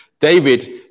David